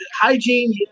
hygiene